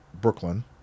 Brooklyn